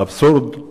האבסורד הוא